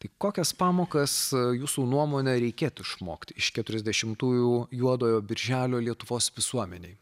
tai kokias pamokas jūsų nuomone reikėtų išmokti iš keturiasdešimtųjų juodojo birželio lietuvos visuomenei